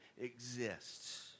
exists